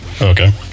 Okay